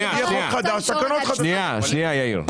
יהיה חוק חדש, יהיו תקנות חדשות.